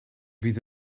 fydd